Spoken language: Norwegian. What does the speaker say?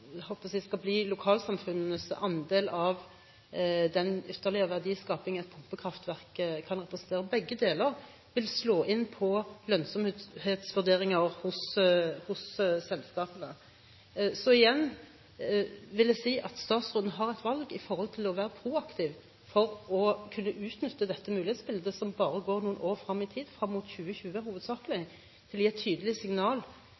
skal bli lokalsamfunnenes andel av den ytterligere verdiskaping et kraftverk kan representere. Begge deler vil slå inn på lønnsomhetsvurderinger hos selskapene. Igjen vil jeg si at statsråden har et valg, når det gjelder det å være proaktiv, for å kunne utnytte dette mulighetsbildet – som bare går noen få år frem i tid, hovedsakelig frem til 2020 – til å gi et tydelig signal